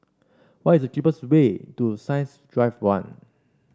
what is the cheapest way to Science Drive One